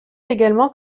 également